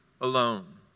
alone